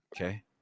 Okay